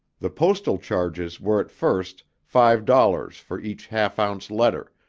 the postal charges were at first, five dollars for each half-ounce letter,